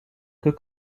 que